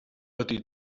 ydy